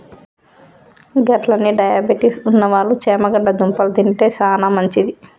గట్లనే డయాబెటిస్ ఉన్నవాళ్ళు చేమగడ్డ దుంపలు తింటే సానా మంచిది